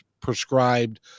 prescribed